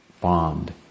bond